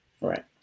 right